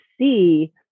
see